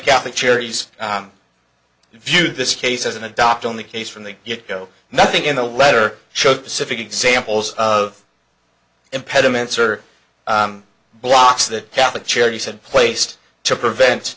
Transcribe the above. catholic charities view this case as an adoptee only case from the get go nothing in the letter showed pacific examples of impediments or blocks that catholic charities had placed to prevent